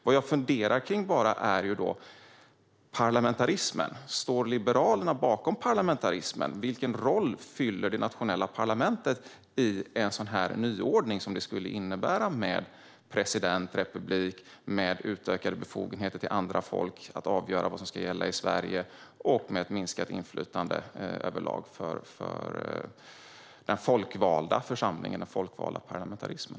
Vad jag funderar över är parlamentarismen. Står Liberalerna bakom parlamentarismen? Vilken roll spelar det nationella parlamentet i en sådan här nyordning som det skulle innebära med president, republik, utökade befogenheter för andra folk att avgöra vad som ska gälla i Sverige och ett minskat inflytande överlag för den folkvalda församlingen och parlamentarismen?